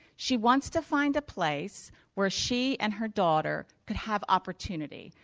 she wants to find a place where she and her daughter could have opportunity.